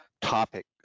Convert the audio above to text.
topic